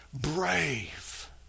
brave